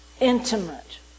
Intimate